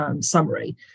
summary